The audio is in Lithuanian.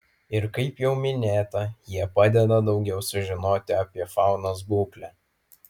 ir kaip jau minėta jie padeda daugiau sužinoti apie faunos būklę